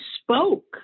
spoke